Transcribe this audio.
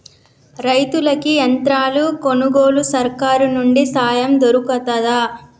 రైతులకి యంత్రాలు కొనుగోలుకు సర్కారు నుండి సాయం దొరుకుతదా?